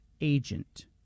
agent